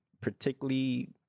particularly